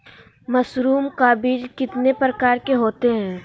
Mushroom का बीज कितने प्रकार के होते है?